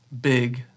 big